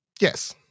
yes